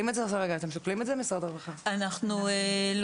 משרד הרווחה, אתם שוקלים את זה?